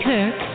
Kirk